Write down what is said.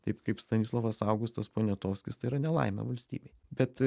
taip kaip stanislovas augustas poniatovskis tai yra nelaimė valstybei bet